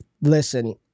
listen –